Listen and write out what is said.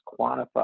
quantify